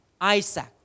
Isaac